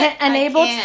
unable